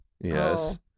Yes